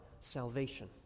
salvation